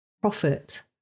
profit